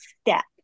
step